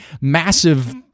massive